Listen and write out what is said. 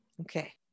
Okay